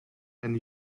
and